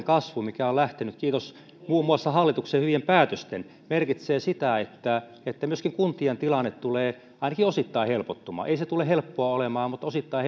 kasvu mikä on lähtenyt kiitos muun muassa hallituksen hyvien päätösten merkitsee sitä että että myöskin kuntien tilanne tulee ainakin osittain helpottumaan ei se tule helppoa olemaan mutta se tulee osittain